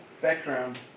background